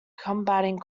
combating